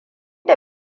da